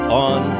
on